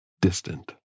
distant